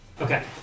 Okay